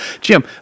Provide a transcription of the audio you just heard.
Jim